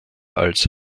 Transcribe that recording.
als